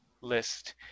list